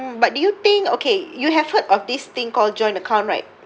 but do you think okay you have heard of this thing called joint account right